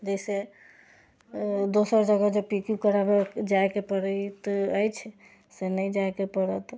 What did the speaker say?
जाहिसँ दोसर जगह जे पीको कराबय जाइके पड़ैत आछि से नहि जाइके पड़त